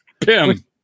Pim